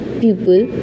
people